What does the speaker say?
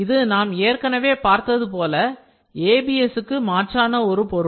இது நாம் ஏற்கனவே பார்த்தது போல ஏபிஎஸ் க்கு மாற்றான ஒரு பொருள்